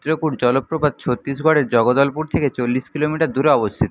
চিত্রকূট জলপ্রপাত ছত্তিশগড়ের জগদলপুর থেকে চল্লিশ কিলোমিটার দূরে অবস্থিত